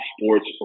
Sports